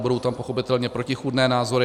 Budou tam pochopitelně protichůdné názory.